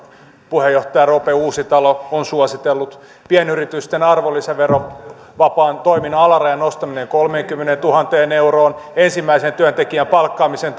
puheenjohtaja roope uusitalo on suositellut pienyritysten arvonlisäverovapaan toiminnan alarajan nostaminen kolmeenkymmeneentuhanteen euroon ensimmäisen työntekijän palkkaamisen